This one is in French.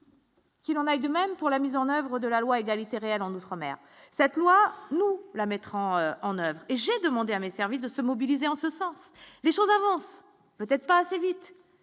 Qu'il en aille de même pour la mise en oeuvre de la loi Égalité réelle en outre-mer, cette loi, nous la mettre en en oeuvre et j'ai demandé à mes services de se mobiliser en ce sens les choses avancent peut-être pas assez vite